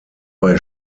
bei